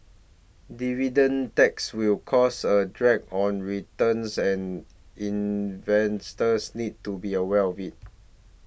dividend taxes will cause a drag on returns and investors need to be aware of it